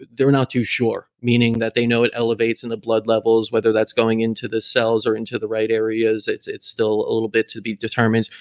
they're not too sure, meaning that they know it elevates in the blood levels, whether that's going into the cells or into the right areas, it's it's still a little bit to be determined.